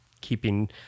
keeping